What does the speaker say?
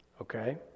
okay